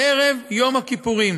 בערב יום הכיפורים